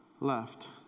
left